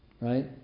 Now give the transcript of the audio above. Right